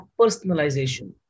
personalization